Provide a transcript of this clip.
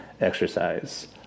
exercise